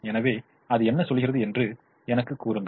எனவே அது என்ன சொல்கிறது என்று எனக்கு கூறுங்கள்